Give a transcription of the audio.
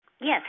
Yes